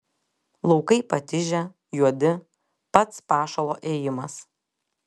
laukai patižę juodi pats pašalo ėjimas